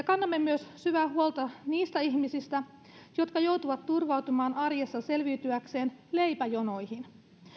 kannamme syvää huolta myös niistä ihmisistä jotka joutuvat turvautumaan arjessa selviytyäkseen leipäjonoihin